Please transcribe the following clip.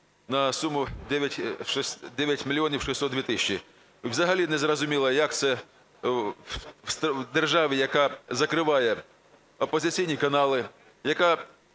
на суму 9 мільйонів 602 тисячі. Взагалі незрозуміло, як це в державі, яка закриває опозиційні канали, яка